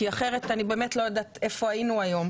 כי אחרת אני באמת לא יודעת איפה היינו היום,